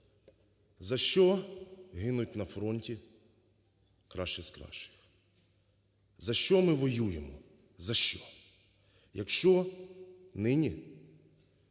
За що гинуть на фронті кращі з кращих? За що ми воюємо? За що? Якщо нині